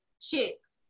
chicks